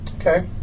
Okay